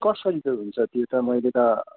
कसरी चाहिँ हुन्छ त्यो त मैले त